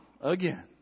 again